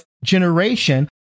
generation